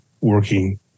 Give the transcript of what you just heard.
working